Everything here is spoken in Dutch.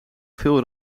veel